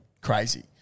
Crazy